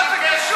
מה זה קשור?